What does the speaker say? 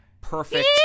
Perfect